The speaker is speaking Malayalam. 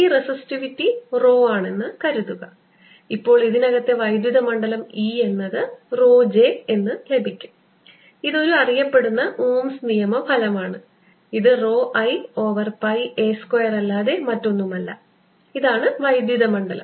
ഈ റെസിസ്റ്റിവിറ്റി rho ആണെന്ന് കരുതുക ഇപ്പോൾ ഇതിനകത്തെ വൈദ്യുത മണ്ഡലം E എന്നത് rho J എന്ന് ലഭിക്കും ഇത് ഒരു അറിയപ്പെടുന്ന ഓംസ് നിയമ ഫലമാണ് ഇത് rho I over pi a square അല്ലാതെ മറ്റൊന്നുമല്ല ഇതാണ് വൈദ്യുത മണ്ഡലം